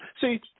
See